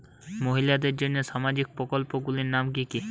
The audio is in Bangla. মহিলাদের জন্য সামাজিক প্রকল্প গুলির নাম কি কি?